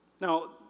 Now